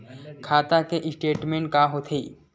खाता के स्टेटमेंट का होथे?